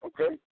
okay